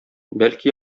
бәлки